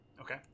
Okay